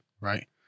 Right